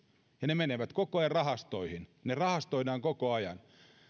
ja ne menevät koko ajan rahastoihin ne rahastoidaan koko ajan